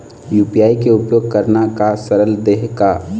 UPI के उपयोग करना का सरल देहें का?